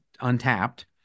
untapped